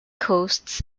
coasts